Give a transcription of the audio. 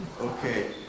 Okay